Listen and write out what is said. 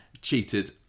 cheated